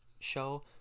show